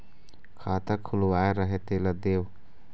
खाता खुलवाय रहे तेला देव?